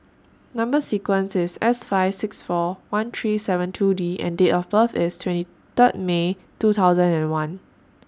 Number sequence IS S five six four one three seven two D and Date of birth IS twenty thrid May two thousand and one